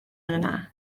yna